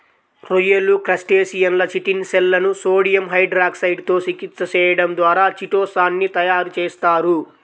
రొయ్యలు, క్రస్టేసియన్ల చిటిన్ షెల్లను సోడియం హైడ్రాక్సైడ్ తో చికిత్స చేయడం ద్వారా చిటో సాన్ ని తయారు చేస్తారు